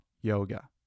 yoga